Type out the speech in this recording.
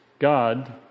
God